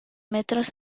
metros